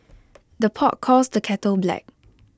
the pot calls the kettle black